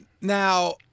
Now